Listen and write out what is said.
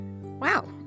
Wow